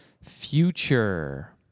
future